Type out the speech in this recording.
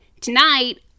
tonight